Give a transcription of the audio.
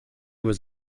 was